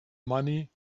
money